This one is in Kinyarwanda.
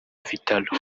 vital’o